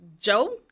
Joe